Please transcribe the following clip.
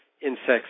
insects